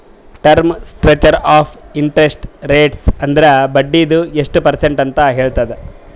term structure of interest rates ಅಂದುರ್ ಬಡ್ಡಿದು ಎಸ್ಟ್ ಪರ್ಸೆಂಟ್ ಅಂತ್ ಹೇಳ್ತುದ್